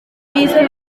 bihise